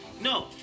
No